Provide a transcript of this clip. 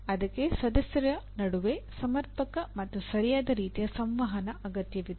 ಅದಕ್ಕೆ ಸದಸ್ಯರ ನಡುವೆ ಸಮರ್ಪಕ ಮತ್ತು ಸರಿಯಾದ ರೀತಿಯ ಸಂವಹನ ಅಗತ್ಯವಿದೆ